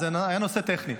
זה היה נושא טכני.